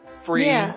free